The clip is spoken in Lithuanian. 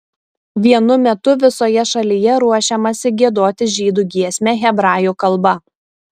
vienu metu visoje šalyje ruošiamasi giedoti žydų giesmę hebrajų kalba